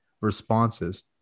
responses